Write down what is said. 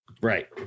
Right